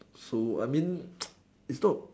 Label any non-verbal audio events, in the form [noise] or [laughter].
so I mean [noise] it's not